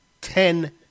ten